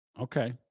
Okay